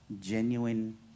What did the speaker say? genuine